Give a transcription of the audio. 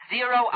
Zero